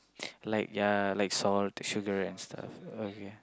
like ya like salt sugar and stuff okay